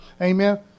Amen